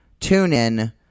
TuneIn